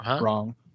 wrong